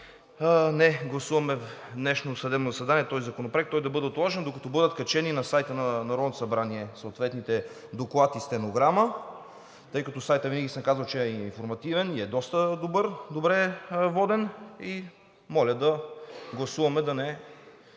не гласуваме на днешното заседание този законопроект, той да бъде отложен, докато бъдат качени на сайта на Народното събрание съответните доклад и стенограма, тъй като сайтът, винаги съм казвал, че е информативен и е доста добре воден и моля да гласуваме да не